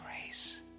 grace